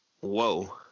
Whoa